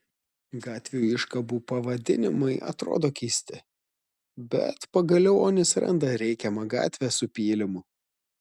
gatvių iškabų pavadinimai atrodo keisti bet pagaliau onis randa reikiamą gatvę su pylimu